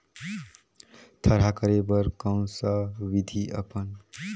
थरहा करे बर कौन सा विधि अपन?